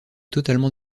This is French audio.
totalement